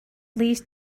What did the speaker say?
least